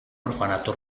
orfanato